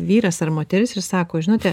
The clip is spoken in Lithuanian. vyras ar moteris ir sako žinote